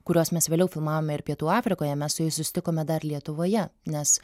kuriuos mes vėliau filmavome ir pietų afrikoje mes su jais susitikome dar lietuvoje nes